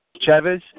Chavez